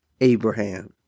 Abraham